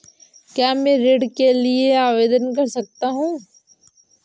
क्या मैं ऋण के लिए ऑनलाइन आवेदन कर सकता हूँ?